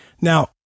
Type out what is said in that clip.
Now